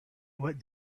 what